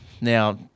now